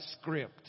script